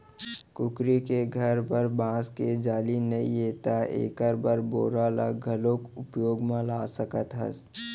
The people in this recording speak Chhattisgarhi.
कुकरी के घर बर बांस के जाली नइये त एकर बर बोरा ल घलौ उपयोग म ला सकत हस